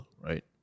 right